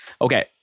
Okay